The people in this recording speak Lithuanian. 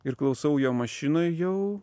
ir klausau jo mašinoj jau